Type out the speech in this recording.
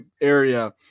area